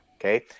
okay